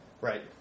Right